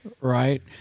right